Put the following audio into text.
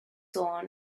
dawn